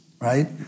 right